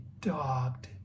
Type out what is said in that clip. dogged